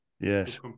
Yes